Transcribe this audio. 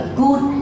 good